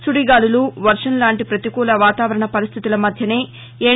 సుడిగాలులు వర్టంలాంటి పతికూల వాతావరణ పరిస్టితుల మధ్యనే ఎన్